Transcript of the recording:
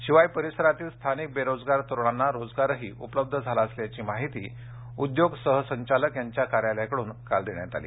शिवाय परिसरातील स्थानिक बेरोजगार तरुणांना रोजगारही उपलब्ध झाला असल्याची माहिती उद्योग सहसंचालक यांच्या कार्यालयाकडून काल देण्यात आली